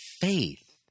faith